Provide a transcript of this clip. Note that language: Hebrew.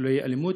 שלא תהיה אלימות,